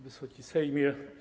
Wysoki Sejmie!